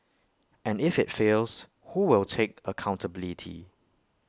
and if IT fails who will take accountability